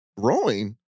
growing